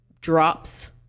drops